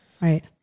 Right